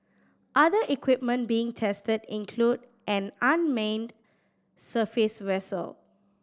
other equipment being tested include an unmanned surface vessel